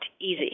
easy